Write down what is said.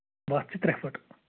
وَتھ چھِ ترٛےٚ فٕٹہٕ